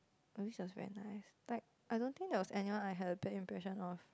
Louise was very nice like I don't think there was anyone I had a bad impression of